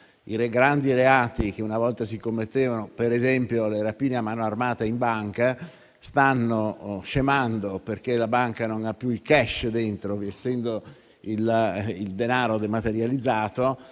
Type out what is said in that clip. I grandi reati che si commettevano una volta, per esempio le rapine a mano armata in banca, stanno scemando perché la banca non ha più il *cash* al proprio interno, essendo il denaro dematerializzato,